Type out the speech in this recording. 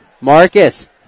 Marcus